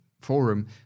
Forum